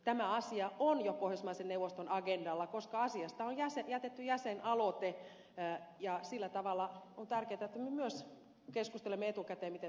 tämä asia on jo pohjoismaiden neuvoston agendalla koska asiasta on jätetty jäsenaloite ja sillä tavalla on tärkeää että me myös keskustelemme etukäteen miten tulemme tähän suhtautumaan